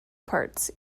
parts